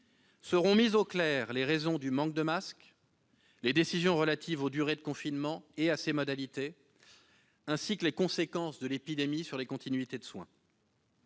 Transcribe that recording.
Seront mises au clair les raisons du manque de masques, les décisions relatives aux durées de confinement et à ses modalités, ainsi que les conséquences de l'épidémie sur la continuité des soins.